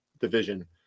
division